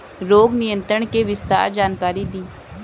रोग नियंत्रण के विस्तार जानकारी दी?